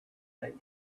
date